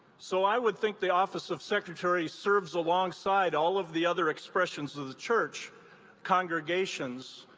so i would think the office of secretary serves alongside all of the other expressions of the church congregations,